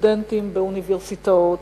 וסטודנטים באוניברסיטאות